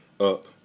up